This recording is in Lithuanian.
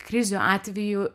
krizių atveju